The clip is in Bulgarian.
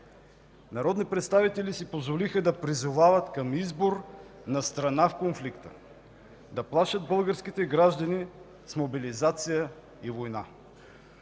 Народни представители си позволиха да призовават към избор на страна в конфликта, да плашат българските граждани с мобилизация и война.